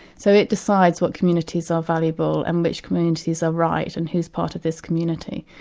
so it decides what communities are valuable and which communities are right, and who's part of this community,